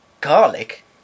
garlic